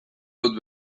dut